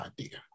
idea